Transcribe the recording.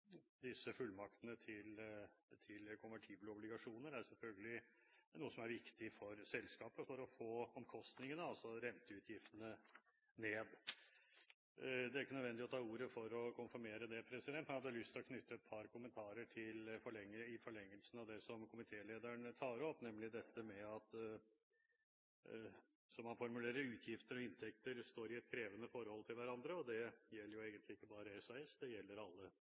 disse fullmaktene til konvertible obligasjoner er selvfølgelig noe som er viktig for selskapet for å få omkostningene, altså renteutgiftene, ned. Det er ikke nødvendig å ta ordet for å konfirmere dette, men jeg hadde lyst til å knytte et par kommentarer i forlengelsen av det komitélederen tok opp, nemlig som han formulerte det: «utgifter og inntekter står i et krevende forhold til hverandre.» Det gjelder egentlig ikke bare SAS, det gjelder alle